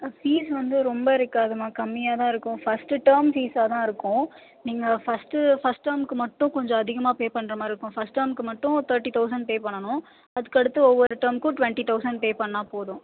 fees வந்து ரொம்ப இருக்காதும்மா கம்மியாக தான் இருக்கும் ஃபஸ்ட்டு டேர்ம் ஃபீஸாக தான் இருக்கும் நீங்கள் ஃபஸ்ட்டு ஃபஸ்ட் டேர்ம்க்கு மட்டும் கொஞ்சம் அதிகமாக பே பண்ணுற மாதிரி இருக்கும் ஃபஸ்ட் டேர்ம்க்கு மட்டும் தேர்ட்டி தௌசண்ட் பே பண்ணணும் அதுக்கடுத்து ஒவ்வொரு டேர்ம்க்கும் ஒரு டுவெண்ட்டி தௌசண்ட் பே பண்ணால் போதும்